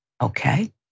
okay